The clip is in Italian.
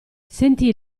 sentì